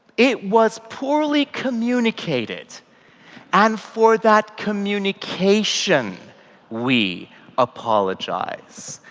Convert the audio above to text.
it was poorly communicated and for that communication we apologize.